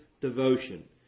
devotion